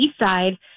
Eastside